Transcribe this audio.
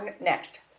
Next